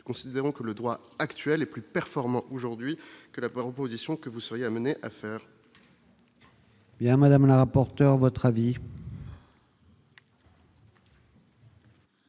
considérant que le droit actuel est plus performant aujourd'hui que la par opposition que vous seriez amené à faire. Bien, madame la rapporteure votre avis.